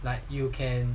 like you can